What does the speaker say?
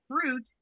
fruit